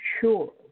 sure